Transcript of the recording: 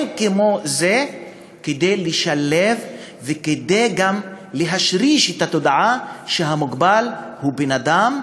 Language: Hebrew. אין כמו זה כדי לשלב וגם כדי להשריש את המודעות שהמוגבל הוא בן-אדם,